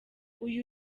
uyu